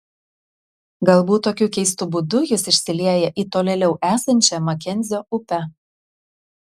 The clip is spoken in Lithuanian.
galbūt tokiu keistu būdu jis išsilieja į tolėliau esančią makenzio upę